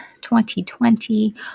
2020